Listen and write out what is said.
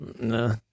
No